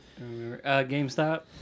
GameStop